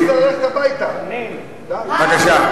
בבקשה.